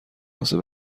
واسه